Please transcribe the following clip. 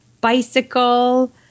bicycle